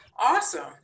Awesome